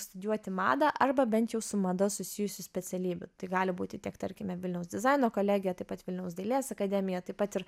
studijuoti madą arba bent jau su mada susijusių specialybių tai gali būti tiek tarkime vilniaus dizaino kolegija taip pat vilniaus dailės akademija taip pat ir